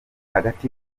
hagati